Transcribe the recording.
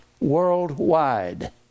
worldwide